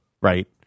right